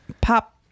Pop